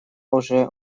уже